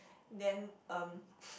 then um